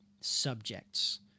subjects